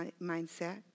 mindset